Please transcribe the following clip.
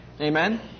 Amen